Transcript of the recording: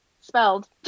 spelled